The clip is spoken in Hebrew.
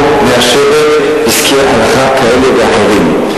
כנסת ישראל לא מאשרת פסקי הלכה כאלה ואחרים.